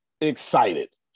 Excited